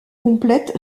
complète